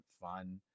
fun